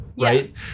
right